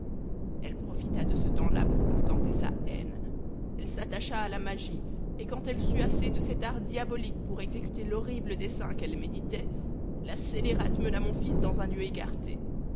elle profita de ce temps-là pour contenter sa haine elle s'attacha à la magie et quand elle sut assez de cet art diabolique pour exécuter l'horrible dessein qu'elle méditait la scélérate mena mon fils dans un lieu écarté